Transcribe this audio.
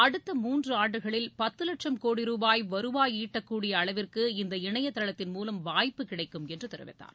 அடுத்த மூன்று ஆண்டுகளில் பத்து லட்சம் கோடி ரூபாய் வருவாய் ஈட்டக்கூடிய அளவிற்கு இந்த இணையதளத்தின் மூலம் வாய்ப்பு கிடைக்கும் என்று கூறினார்